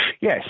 Yes